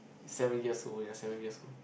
seven years old ya seven years old